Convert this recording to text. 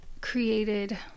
created